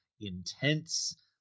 intense